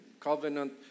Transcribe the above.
Covenant